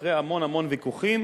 אחרי המון-המון ויכוחים